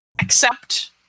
Accept